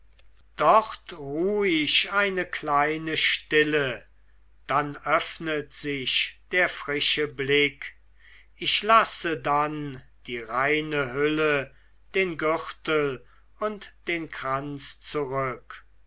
dort ruh ich eine kleine stille dann öffnet sich der frische blick ich lasse dann die reine hülle den gürtel und den kranz zurück